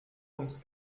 ums